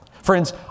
Friends